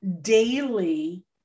daily